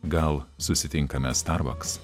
gal susitinkame starbaks